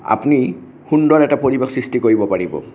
আপুনি সুন্দৰ এটা পৰিৱেশ সৃষ্টি কৰিব পাৰিব